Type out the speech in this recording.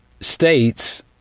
states